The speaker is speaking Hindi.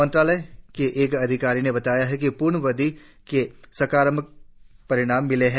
मंत्रालय के एक अधिकारी ने बताया कि प्र्णबंदी के सकारात्मक परिणाम मिले हैं